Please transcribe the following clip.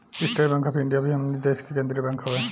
estate Bank of India भी हमनी के देश के केंद्रीय बैंक हवे